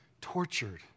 tortured